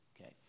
okay